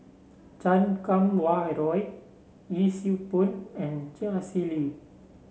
Chan Kum Wah Roy Yee Siew Pun and Chia Shi Lu